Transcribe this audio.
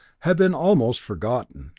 had been almost forgotten.